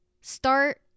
start